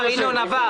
עבר.